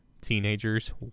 teenagers